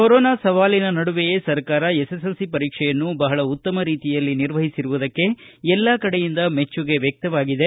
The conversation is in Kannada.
ಕೊರೊನಾ ಸವಾಲಿನ ನಡುವೆಯೇ ಸರ್ಕಾರ ಎಸ್ಎಸ್ಎಲ್ಸಿ ಪರೀಕ್ಷೆಯನ್ನು ಬಹಳ ಉತ್ತಮ ರೀತಿಯಲ್ಲಿ ನಿರ್ವಹಿಸಿರುವುದಕ್ಕೆ ಎಲ್ಲಾ ಕಡೆಯಿಂದ ಮೆಚ್ಚುಗೆ ವ್ಯಕ್ತವಾಗಿದೆ